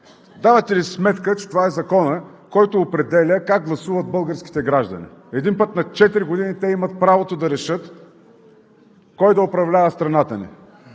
Давате ли си сметка, че това е Законът, който определя как гласуват българските граждани? Един път на четири години те имат правото да решат кой да управлява страната ни.